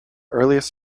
earliest